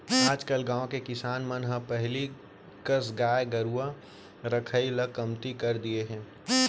आजकल गाँव के किसान मन ह पहिली कस गाय गरूवा रखाई ल कमती कर दिये हें